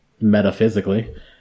metaphysically